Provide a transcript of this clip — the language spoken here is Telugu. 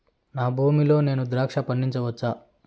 నా భూమి లో నేను ద్రాక్ష పండించవచ్చా?